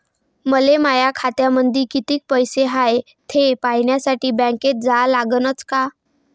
मले माया खात्यामंदी कितीक पैसा हाय थे पायन्यासाठी बँकेत जा लागनच का?